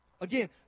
Again